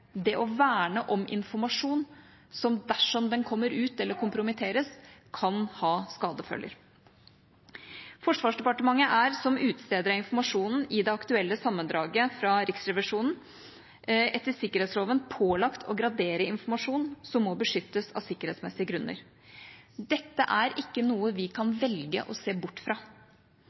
det å verne om informasjon som, dersom den kommer ut eller kompromitteres, kan ha skadefølger. Forsvarsdepartementet er, som utsteder av informasjonen i det aktuelle sammendraget fra Riksrevisjonen, etter sikkerhetsloven pålagt å gradere informasjon som må beskyttes av sikkerhetsmessige grunner. Dette er ikke noe vi kan velge å se bort fra.